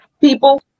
people